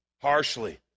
harshly